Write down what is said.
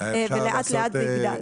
ולאט לאט זה יגדל.